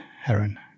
heron